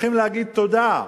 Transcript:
צריכים להגיד תודה.